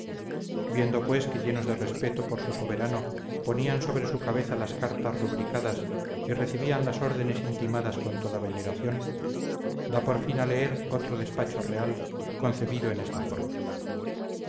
viendo pues que llenos de respeto por su soberano ponían sobre su cabeza las cartas rubricadas y recibían las órdenes intimadas con toda veneración da por fin a leer otro despacho real concebido en esta forma